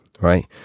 right